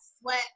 sweat